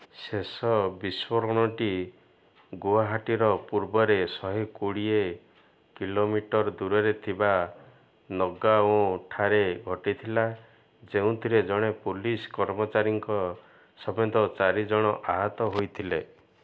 ଶେଷ ବିସ୍ଫୋରଣଟି ଗୁଆହାଟୀର ପୂର୍ବରେ ଶହେ କୋଡ଼ିଏ କିଲୋମିଟର ଦୂରରେ ଥିବା ନଗାଓଁଠାରେ ଘଟିଥିଲା ଯେଉଁଥିରେ ଜଣେ ପୋଲିସ୍ କର୍ମଚାରୀଙ୍କ ସମେତ ଚାରି ଜଣ ଆହତ ହୋଇଥିଲେ